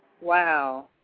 Wow